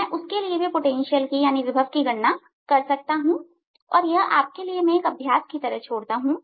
मैं उसके लिए भी विभव की गणना कर सकता हूं और यह मैं आपके लिए एक अभ्यास की तरह छोड़ता हूं